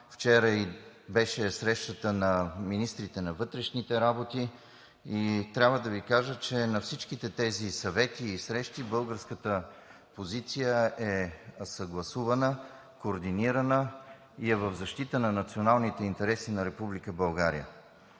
Вчера беше срещата на министрите на вътрешните работи. Трябва да Ви кажа, че на всичките тези съвети и срещи българската позиция е съгласувана, координирана и е в защита на националните интереси на Република